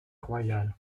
royal